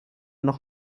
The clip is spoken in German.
noch